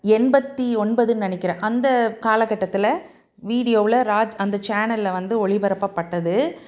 எண்பத்தி ஒன்பதுன்னு நினைக்கிறேன் அந்த காலகட்டத்தில் வீடியோவில் ராஜ் அந்த சேனலில் வந்து ஒளிபரப்பப்பட்டது